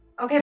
Okay